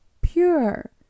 pure